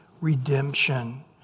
redemption